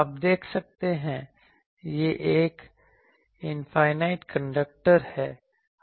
आप देख सकते हैं यह एक इनफाइनाइट कंडक्टर है